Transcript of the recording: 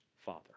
father